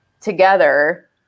together